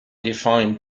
define